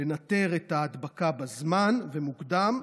לנטר את ההדבקה בזמן ומוקדם,